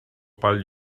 pel